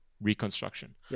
reconstruction